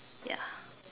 yeah